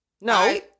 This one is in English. No